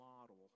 model